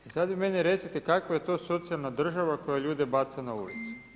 E sada vi meni recite kakva je to socijalna država koja ljude baca na ulice.